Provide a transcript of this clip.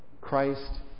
Christ